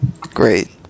great